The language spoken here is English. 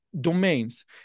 domains